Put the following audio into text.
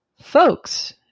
Folks